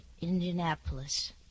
Indianapolis